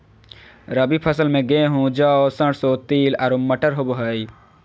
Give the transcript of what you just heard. रबी फसल में गेहूं, जौ, सरसों, तिल आरो मटर होबा हइ